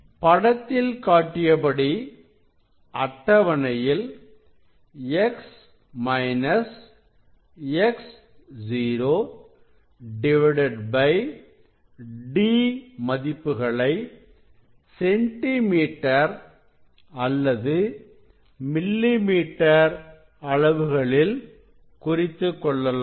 படத்தில் காட்டியபடி அட்டவணையில் X X0 D மதிப்புகளை சென்டிமீட்டர் அல்லது மில்லி மீட்டர் அளவுகளில் குறித்துக் கொள்ளலாம்